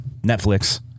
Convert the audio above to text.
Netflix